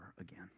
again